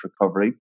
recovery